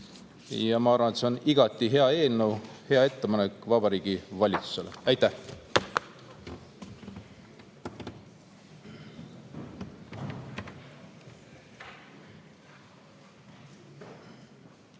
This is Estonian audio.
Ma arvan, et see on igati hea eelnõu ja hea ettepanek Vabariigi Valitsusele. Aitäh!